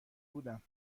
بودم